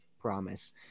promise